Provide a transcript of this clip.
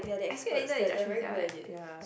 I scared later they judge me sia like ya